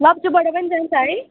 लप्चूबाट पनि जान्छ है